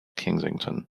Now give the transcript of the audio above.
kensington